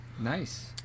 Nice